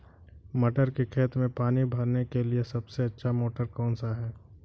मटर के खेत में पानी भरने के लिए सबसे अच्छा मोटर कौन सा है?